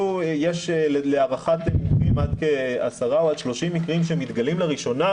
יש להערכת מומחים עד כעשרה או עד 30 מקרים שמתגלים לראשונה